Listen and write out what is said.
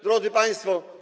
Drodzy Państwo!